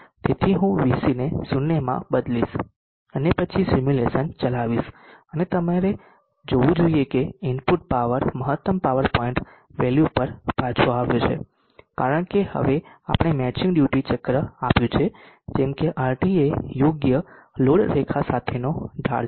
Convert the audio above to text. તેથી હું VCને 0 માં બદલીશ અને પછી સિમ્યુલેશન ચલાવીશ અને તમારે જોવું જોઈએ કે ઇનપુટ પાવર મહત્તમ પાવર પોઇન્ટ વેલ્યુ પર પાછો લાવવામાં આવ્યો છે કારણ કે હવે આપણે મેચિંગ ડ્યુટી ચક્ર આપ્યું છે જેમ કે RT એ યોગ્ય લોડ રેખા સાથેનો ઢાળ છે